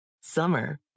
Summer